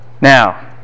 Now